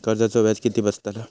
कर्जाचा व्याज किती बसतला?